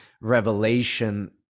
revelation